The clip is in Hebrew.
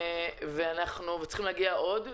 ולדעתי צריכים להגיע עוד.